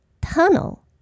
Tunnel